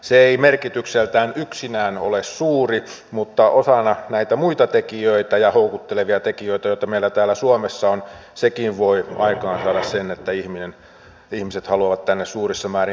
se ei merkitykseltään yksinään ole suuri mutta osana näitä muita tekijöitä ja houkuttelevia tekijöitä joita meillä täällä suomessa on sekin voi aikaansaada sen että ihmiset haluavat tänne suurissa määrin tulla